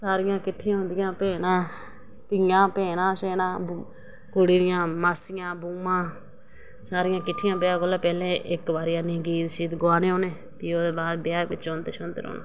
सारियां किट्ठियां होंदियां भैनां धीआं भैनां कुड़ी दियां मासियां बूआं सारियां किट्ठियां ब्याह् कोला पैह्लें इक्क बारी प्ही गीत गुआने होने ते प्ही ओह्दे बाद ब्याह् बिच औंदे रौह्ना आं